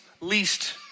least